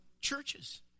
churches